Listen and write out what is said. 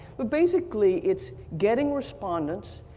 but basically it's getting respondents,